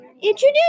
Introduce